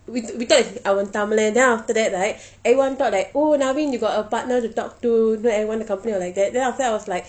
we we take our தமிழன்:thamizhan then after that right everyone thought like oh narvin you got a partner to talk to then everyone in the company was like that then after that I was like